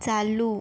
चालू